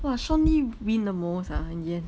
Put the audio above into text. !wah! sean lee win the most ah in the end